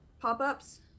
pop-ups